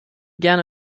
gerne